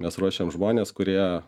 mes ruošiam žmones kurie